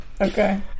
Okay